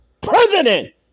president